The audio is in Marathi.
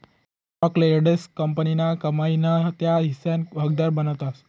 स्टॉकहोल्डर्सले कंपनीना कमाई ना त्या हिस्साना हकदार बनावतस